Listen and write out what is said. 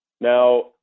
Now